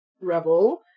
Rebel